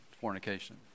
fornication